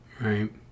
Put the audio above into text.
Right